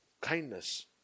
kindness